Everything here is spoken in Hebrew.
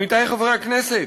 עמיתי חברי הכנסת,